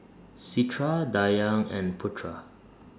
Citra Dayang and Putra